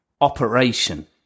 operation